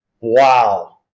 Wow